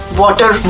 water